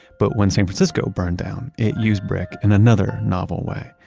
but when san francisco burned down, it used brick in another novel way.